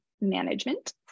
management